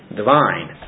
divine